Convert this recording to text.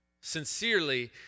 sincerely